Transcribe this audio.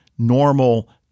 normal